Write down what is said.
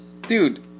Dude